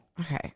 Okay